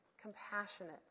compassionate